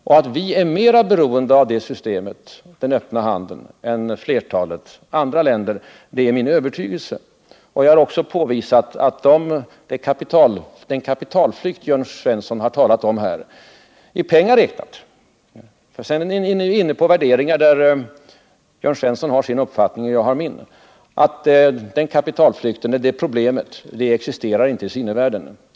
Och att vi är mera beroende av det systemet än flertalet andra länder, detta är också min övertygelse. Jag har alltså påvisat att problemet med den väldiga kapitalflykt Jörn Svensson har talat om — och då bortser jag från sådana värderingar där Jörn Svensson har sin uppfattning och jag har min — inte existerar i sinnevärlden.